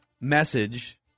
message